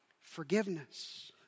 forgiveness